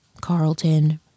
Carlton